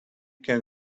can